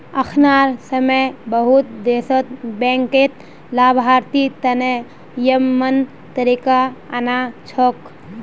अखनार समय बहुत देशत बैंकत लाभार्थी तने यममन तरीका आना छोक